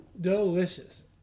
Delicious